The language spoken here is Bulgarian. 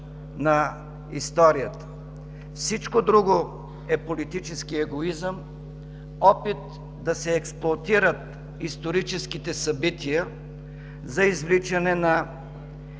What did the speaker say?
на историята. Всичко друго е политически егоизъм, опит да се експлоатират историческите събития за извличане на